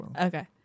Okay